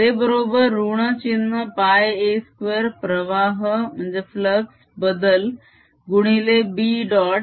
ते बरोबर ऋण चिन्ह a2 प्रवाह बदल गुणिले B डॉट